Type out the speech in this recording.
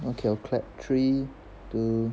okay 我 clap three two